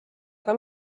aga